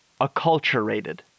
acculturated